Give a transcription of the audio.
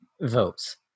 votes